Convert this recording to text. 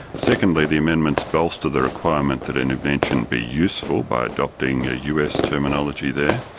secondly the amendments bolster the requirement that an invention be useful by adopting a us terminology there.